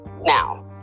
now